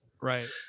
Right